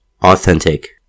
authentic